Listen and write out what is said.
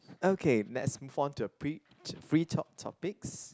okay let's move on to a pre free talk topics